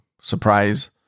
surprise